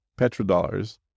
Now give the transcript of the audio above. petrodollars